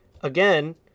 again